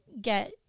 get